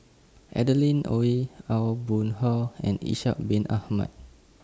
Adeline Ooi Aw Boon Haw and Ishak Bin Ahmad